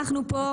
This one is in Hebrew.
זה לא נכון.